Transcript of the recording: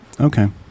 Okay